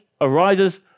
arises